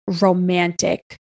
romantic